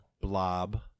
blob